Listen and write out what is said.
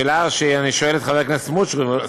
השאלה שאני שואל את חבר הכנסת סמוטריץ,